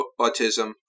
autism